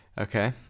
okay